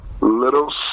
little